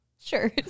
Sure